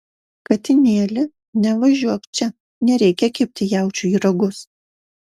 katinėli nevažiuok čia nereikia kibti jaučiui į ragus